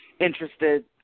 interested